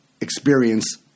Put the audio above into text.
experience